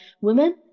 women